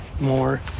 more